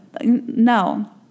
no